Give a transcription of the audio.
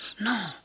No